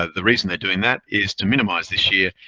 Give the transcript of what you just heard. ah the reason they're doing that is to minimize this year,